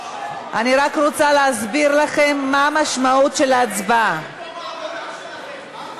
אני רק רוצה להסביר לכם מה המשמעות של ההצבעה: בעד